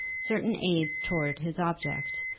certain aids towards his object,